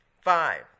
Five